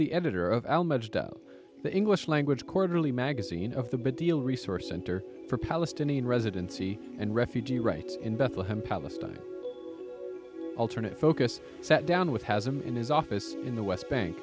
the editor of the english language quarterly magazine of the big deal resource center for palestinian residency and refugee rights in bethlehem palestine alternative focus sat down with has him in his office in the west bank